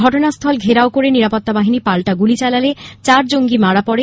ঘটনাস্থল ঘেরাও করে নিরাপত্তা বাহিনী পাল্টা গুলি চালালে চার জঙ্গী মারা পড়ে